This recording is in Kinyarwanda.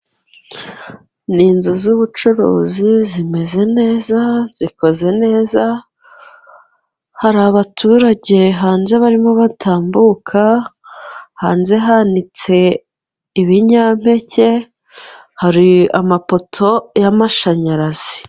Ni inzu z'ubucuruzi zimeze neza ,zikoze neza ,hari abaturage hanze barimo batambuka hanze, hanitse ibinyampeke hari amapoto y'amashanyarazi.